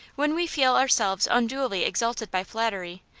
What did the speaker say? when we feel ourselves unduly exalted by flattery,